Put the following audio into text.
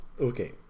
Okay